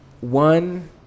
one